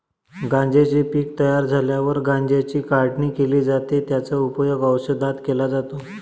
गांज्याचे पीक तयार झाल्यावर गांज्याची काढणी केली जाते, त्याचा उपयोग औषधात केला जातो